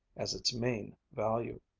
as its main value.